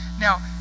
Now